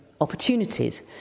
opportunities